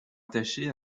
attachée